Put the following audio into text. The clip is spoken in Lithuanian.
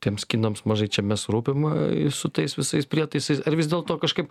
tiems kinams mažai čia mes rūpim su tais visais prietaisais ar vis dėlto kažkaip